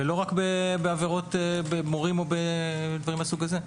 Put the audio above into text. ולא רק במורים או בדברים מהסוג הזה.